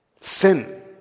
sin